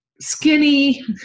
skinny